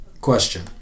question